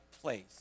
place